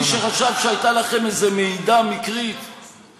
עצוב מאוד לשמוע את מה שמדברים כאן,